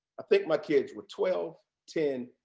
i think my kids were twelve, ten,